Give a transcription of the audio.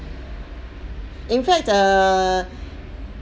in fact err